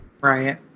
Right